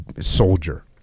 Soldier